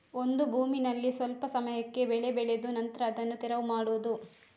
ಒಂದು ಭೂಮಿನಲ್ಲಿ ಸ್ವಲ್ಪ ಸಮಯಕ್ಕೆ ಬೆಳೆ ಬೆಳೆದು ನಂತ್ರ ಅದನ್ನ ತೆರವು ಮಾಡುದು